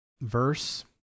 verse